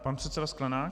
Pan předseda Sklenák.